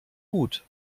gut